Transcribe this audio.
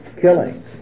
killing